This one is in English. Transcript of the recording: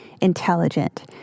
intelligent